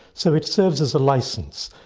so it serves as a licence,